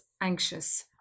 anxious